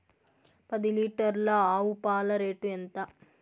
పది లీటర్ల ఆవు పాల రేటు ఎంత?